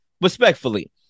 respectfully